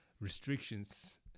restrictions